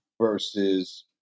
versus